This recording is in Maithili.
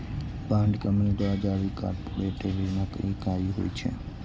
बांड कंपनी द्वारा जारी कॉरपोरेट ऋणक इकाइ होइ छै